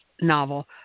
novel